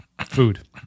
food